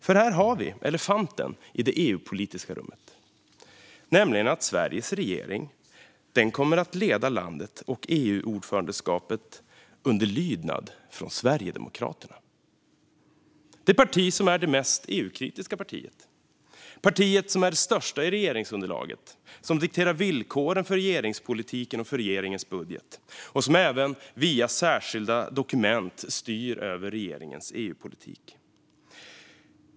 För här har vi elefanten i det EU-politiska rummet, nämligen att när Sveriges regering kommer att leda landet och EU-ordförandeskapet lyder den under Sverigedemokraterna, som är det mest EU-kritiska partiet. Partiet är det största i regeringsunderlaget, dikterar villkoren för regeringspolitiken och regeringens budget och styr även via särskilda dokument över regeringens EU-politik.